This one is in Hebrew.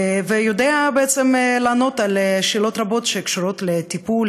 ויודע לענות על שאלות רבות שקשורות לטיפול,